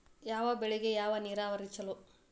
ಯಾವ ಬೆಳಿಗೆ ಯಾವ ನೇರಾವರಿ ಛಲೋ?